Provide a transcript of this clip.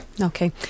Okay